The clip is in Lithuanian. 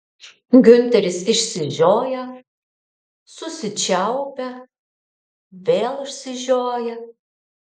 giunteris išsižioja susičiaupia vėl išsižioja